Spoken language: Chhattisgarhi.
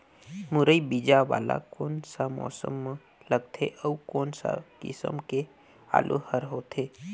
मुरई बीजा वाला कोन सा मौसम म लगथे अउ कोन सा किसम के आलू हर होथे?